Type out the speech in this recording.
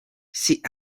sit